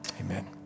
Amen